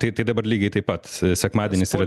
tai tai dabar lygiai taip pat sekmadienis yra